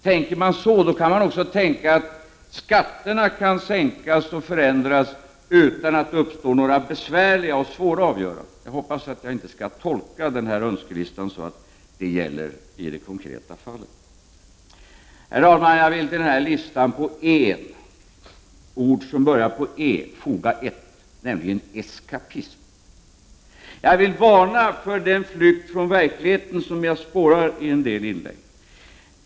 Tänker man så, kan man också tänka att skatterna kan förändras och sänkas utan att det uppstår några besvärliga och svåra avgöranden. Jag hoppas att jag inte skall tolka den här önskelistan så, att det gäller i det konkreta fallet. Herr talman! Jag vill till denna lista på ord som börjar med bokstaven E foga ytterligare ett, nämligen ”eskapism”. Jag vill varna för den flykt från verkligheten som jag spårar i en del inlägg.